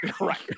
Right